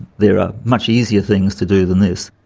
there are much easier things to do than this.